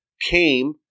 came